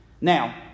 Now